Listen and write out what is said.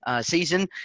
season